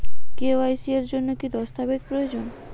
KYC এর জন্যে কি কি দস্তাবেজ প্রয়োজন?